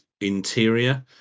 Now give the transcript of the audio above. interior